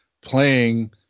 playing